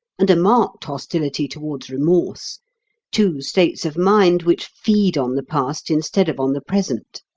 and a marked hostility towards remorse two states of mind which feed on the past instead of on the present.